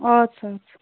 اَدٕ سا اَدٕ سا